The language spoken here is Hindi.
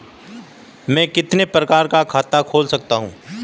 मैं कितने प्रकार का खाता खोल सकता हूँ?